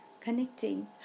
connecting